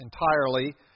entirely